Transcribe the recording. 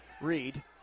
reed